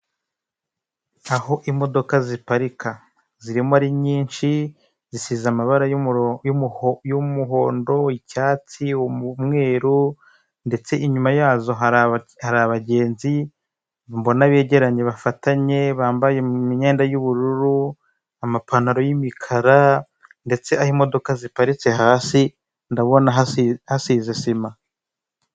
Abayobozi bicaye bari munama, imbere yabo hari ameza buri wese afite igitabo ndetse n'imashini n'amazi yo kunywa.